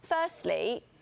Firstly